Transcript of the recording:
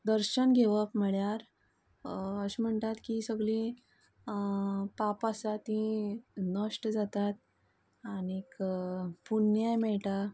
दर्शन घेवप म्हळ्यार अशें म्हणटात की सगळीं पापां आसात ती नश्ट जातात आनीक पुण्याय मेळटा